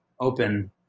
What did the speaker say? open